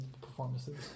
performances